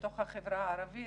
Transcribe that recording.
בחברה הערבית.